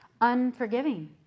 Unforgiving